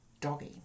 doggy